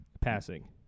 Passing